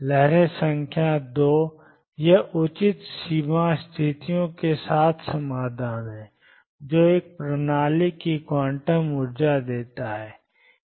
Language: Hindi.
लहरें संख्या 2 यह उचित सीमा स्थितियों के साथ समाधान है जो एक प्रणाली की क्वांटम ऊर्जा देता है